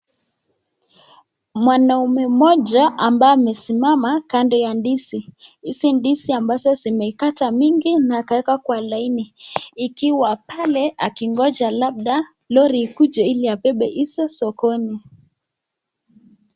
Mwanaume moja ambaye amesimama kando ya ndizi, hizi ndizi ambazo zimekatwa, mingi na akaweka kwa laini ikiwa pale akingoja labda lori ikuje ili abebe hizo sokoni.